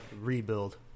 rebuild